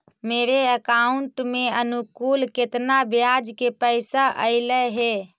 मेरे अकाउंट में अनुकुल केतना बियाज के पैसा अलैयहे?